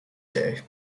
day